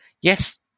Yes